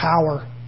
power